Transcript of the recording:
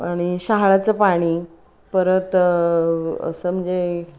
आणि शहाळ्याचं पाणी परत असं म्हणजे